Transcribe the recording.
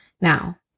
Now